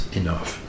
enough